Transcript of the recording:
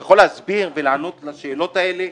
אתה יכול להסביר ולענות על שאלות האלה?